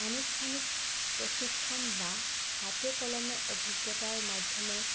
আনুষ্ঠানিক প্ৰশিক্ষণ বা হাতে কলমে অভিজ্ঞতাৰ মাধ্যমে